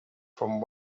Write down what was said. from